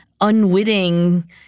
unwitting